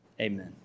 Amen